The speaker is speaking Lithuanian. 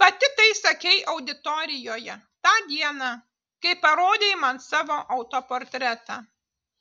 pati tai sakei auditorijoje tą dieną kai parodei man savo autoportretą